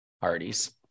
parties